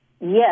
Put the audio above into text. yes